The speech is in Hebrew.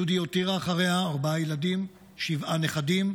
ג'ודי הותירה אחריה ארבעה ילדים, שבעה נכדים,